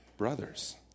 brothers